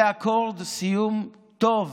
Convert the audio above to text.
זה אקורד סיום טוב